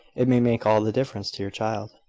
it may make all the difference to your child.